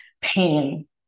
pain